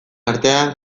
artean